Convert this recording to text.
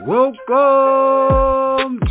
Welcome